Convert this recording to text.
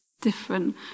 different